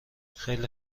خیلی